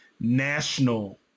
national